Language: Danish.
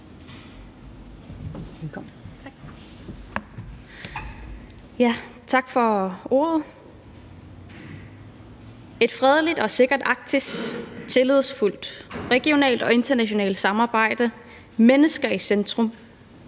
Tak for ordet. Et fredeligt og sikkert Arktis, et tillidsfuldt regionalt og internationalt samarbejde, mennesket i centrum,